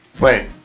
Wait